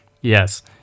Yes